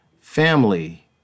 family